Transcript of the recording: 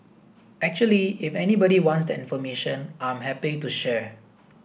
actually if anybody wants that information I'm happy to share